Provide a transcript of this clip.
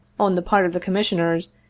on the part of the commissioners,